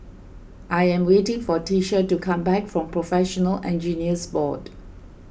I am waiting for Tisha to come back from Professional Engineers Board